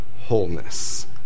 wholeness